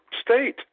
state